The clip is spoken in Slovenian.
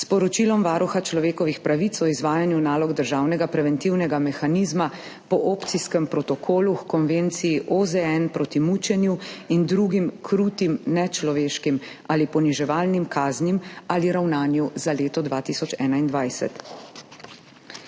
s Poročilom Varuha človekovih pravic Republike Slovenije o izvajanju nalog državnega preventivnega mehanizma po Opcijskem protokolu h Konvenciji OZN proti mučenju in drugim krutim, nečloveškim ali poniževalnim kaznim ali ravnanju za leto 2021,